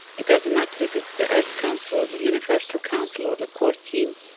it doesn't matter if it's the earth council or the universal council or the core team,